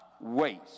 waste